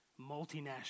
multinational